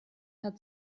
hat